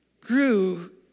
grew